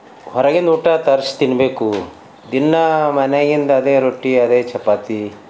ಹೊರಗಿಂದು ಊಟ ತರ್ಸಿ ತಿನ್ನಬೇಕು ದಿನಾ ಮನ್ಯಾಗಿಂದು ಅದೇ ರೊಟ್ಟಿ ಅದೇ ಚಪಾತಿ